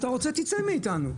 אם אתה רוצה, תצא מאתנו.